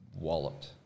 walloped